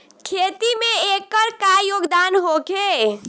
खेती में एकर का योगदान होखे?